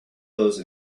those